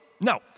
No